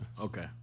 Okay